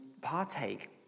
partake